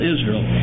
Israel